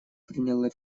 приняла